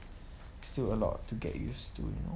still a lot to get used to you know